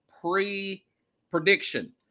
pre-prediction